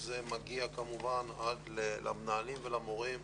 זה מגיע כמובן עד למנהלים ולמורים.